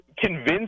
convince